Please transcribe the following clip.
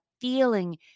feeling